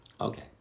Okay